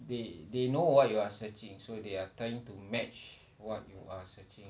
they they know what you are searching so they are trying to match what you are searching